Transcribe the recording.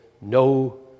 no